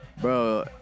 Bro